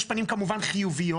יש פנים, כמובן, חיוביות.